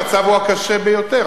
המצב הוא הקשה ביותר.